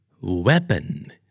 Weapon